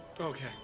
Okay